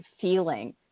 feeling